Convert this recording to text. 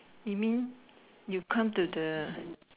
you mean you come to the